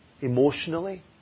Emotionally